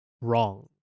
wrong